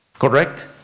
correct